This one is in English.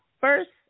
First